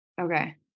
Okay